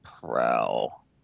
Prowl